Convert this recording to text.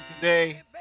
today